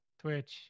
Twitch